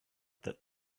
that